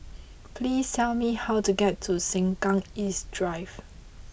please tell me how to get to Sengkang East Drive